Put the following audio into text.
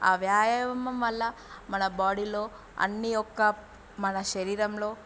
ఆ వ్యాయామం వల్ల మన బాడీలో అన్నీ యొక్క మన శరీరంలో